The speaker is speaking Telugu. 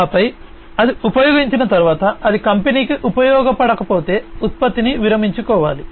ఆపై అది ఉపయోగించిన తర్వాత అది కంపెనీకి ఉపయోగపడక పోతే ఉత్పత్తిని విరమించుకోవాలి